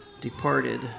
departed